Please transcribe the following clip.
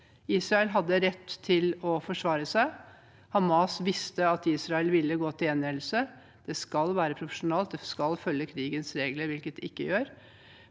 Israel hadde rett til å forsvare seg. Hamas visste at Israel ville gå til gjengjeldelse. Det skal være proporsjonalt, det skal følge krigens regler, hvilket det ikke gjør.